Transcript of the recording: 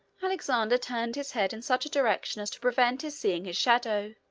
alexander turned his head in such a direction as to prevent his seeing his shadow.